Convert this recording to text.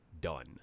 done